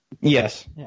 yes